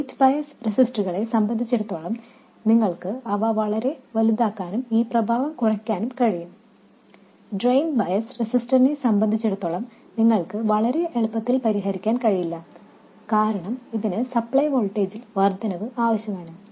gate bias റെസിസ്റ്ററുകളെ സംബന്ധിച്ചിടത്തോളം നിങ്ങൾക്ക് അവ വളരെ വലുതാക്കാനും ഈ പ്രഭാവം കുറയ്ക്കാനും കഴിയും ഡ്രെയിൻ ബയസ് റെസിസ്റ്ററിനെ സംബന്ധിച്ചിടത്തോളം നിങ്ങൾക്ക് വളരെ എളുപ്പത്തിൽ പരിഹരിക്കാൻ കഴിയില്ല കാരണം അതിന് സപ്ലൈ വോൾട്ടേജിൽ വർദ്ധനവ് ആവശ്യമാണ്